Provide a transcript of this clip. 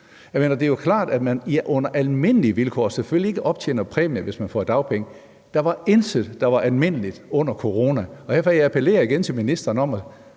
Det er jo klart, at man under almindelige vilkår selvfølgelig ikke optjener præmie, hvis man får dagpenge. Der var intet, der var almindeligt under corona. Og derfor appellerer jeg igen til ministeren om